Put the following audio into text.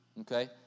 Okay